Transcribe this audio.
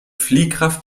fliehkraft